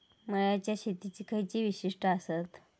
मळ्याच्या शेतीची खयची वैशिष्ठ आसत?